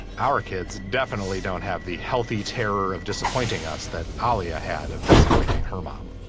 our kids definitely don't have the healthy terror of disappointing us that ah aliya had of disappointing her mom